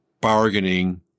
bargaining